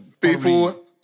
people